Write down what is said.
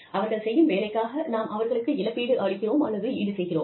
அவர்கள் செய்யும் வேலைக்காக நாம் அவர்களுக்கு இழப்பீடு அளிக்கிறோம் அல்லது ஈடுசெய்கிறோம்